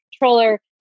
controller